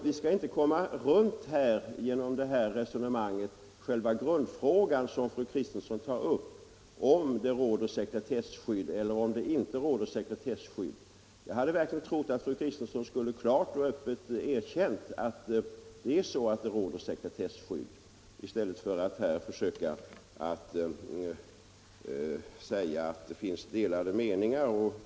Vi skall inte genom det här resonemanget komma runt själva grundfrågan som fru Kristensson tar upp, huruvida det råder eller inte råder sekretesskydd. Jag hade verkligen trott att fru Kristensson öppet skulle ha erkänt att det finns sekretesskydd. I stället sade hon att det råder delade meningar härom.